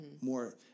more